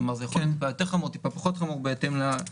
כלומר זה יכול להיות קצת יותר חמור או קצת פחות חמור בהתאם לדבר.